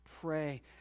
pray